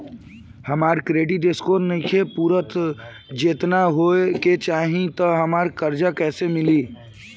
हमार credit score नईखे पूरत जेतना होए के चाही त हमरा कर्जा कैसे मिली?